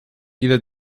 ile